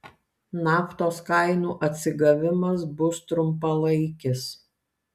naftos kainų atsigavimas bus trumpalaikis